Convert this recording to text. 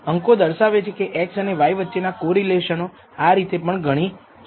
અંકો દર્શાવે છે કે x અને y વચ્ચેના કોરિલેશનો આ રીતે પણ ગણી શકીએ